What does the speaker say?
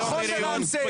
נכון ורעמסס.